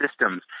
systems